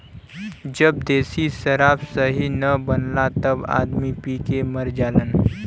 जब देशी शराब सही न बनला तब आदमी पी के मर जालन